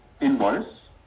invoice